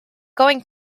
going